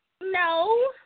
No